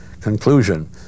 conclusion